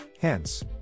Hence